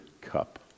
cup